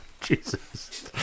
Jesus